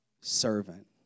servant